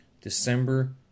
December